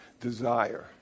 Desire